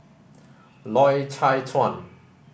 Loy Chye Chuan